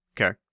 Okay